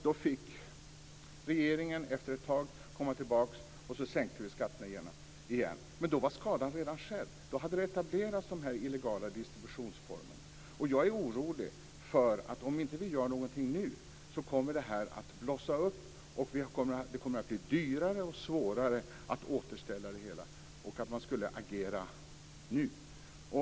Då fick regeringen komma tillbaka med en sänkning av skatterna. Då var skadan redan skedd. Då hade de illegala distributionsformerna etablerats. Jag är orolig för att om vi inte gör någonting nu kommer det här att blossa upp. Det kommer att bli dyrare och svårare att återställa det hela. Man ska agera nu.